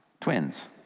twins